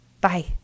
Bye